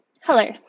Hello